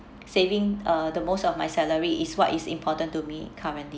saving uh the most of my salary is what is important to me currently